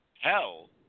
hell